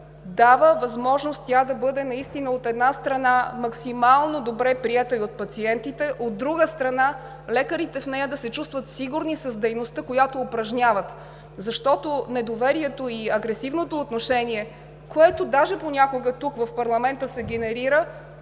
дава възможност тя да бъде наистина, от една страна, максимално добре приета и от пациентите, от друга страна, лекарите в нея да се чувстват сигурни с дейността, която упражняват. Недоверието и агресивното отношение, което даже понякога тук в парламента се генерира,